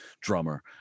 drummer